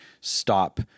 stop